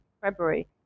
February